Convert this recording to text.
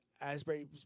Asbury